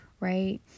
Right